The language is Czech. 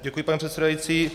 Děkuji, pane předsedající.